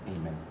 Amen